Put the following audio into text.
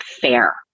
fair